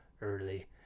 early